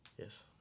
Yes